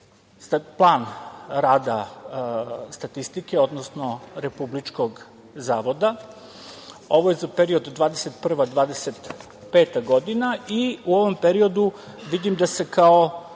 plan rada statistike, odnosno Republičkog zavoda. Ovo je za period 2021/25 godina.U ovom periodu vidim da se kao